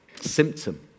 symptom